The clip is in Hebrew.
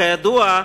כידוע,